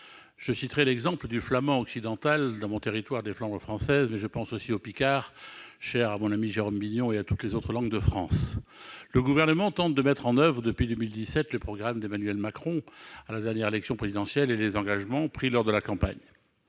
Je prendrai l'exemple du flamand occidental, parlé dans mon territoire des Flandres françaises, mais je pense aussi au picard, cher à mon ami Jérôme Bignon, et à toutes les autres langues de France. Le Gouvernement tente de mettre en oeuvre, depuis 2017, le programme défendu par Emmanuel Macron lors de la campagne pour la dernière élection présidentielle et les engagements pris à cette occasion.